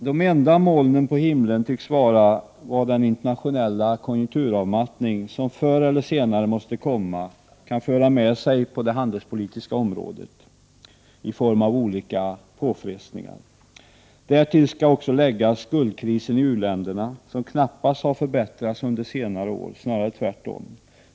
De enda molnen på himlen tycks vara vad den internationella konjunkturavmattningen, som förr eller senare måste komma, kan föra med sig på det handelspolitiska området i form av olika påfrestningar. Därtill skall också läggas skuldkrisen i u-länderna, som knappast har dämpats under senare år, snarare tvärtom.